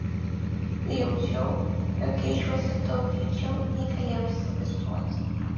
jaučiau jog keičiuosi daug greičiau nei galėjau įsivaizduoti